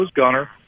gunner